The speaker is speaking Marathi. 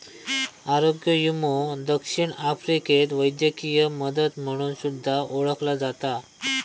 आरोग्य विमो दक्षिण आफ्रिकेत वैद्यकीय मदत म्हणून सुद्धा ओळखला जाता